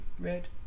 red